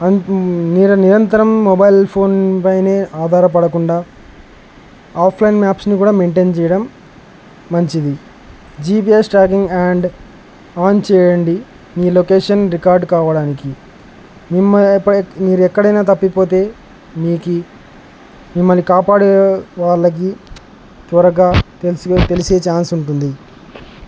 నరు నిరంతరం mobile phone పైనే ఆధారపడకుండా ఆఫ్లైన్ మ్యాప్ని కూడా మెయింటైన్ చేయడం మంచిది జీపిఎస్ ట్రాకింగ్ అండ్ ఆన్ చేయండి మీ లొకేషన్ రికార్డ్ కావడానికి మిమ్మ ఎ మీరు ఎక్కడైనా తప్పిపోతే మీకి మిమ్మల్ని కాపాడే వాళ్ళకి త్వరగా తెలిసు తెలిసే ఛాన్స్ ఉంటుంది